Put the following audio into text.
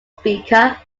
speaker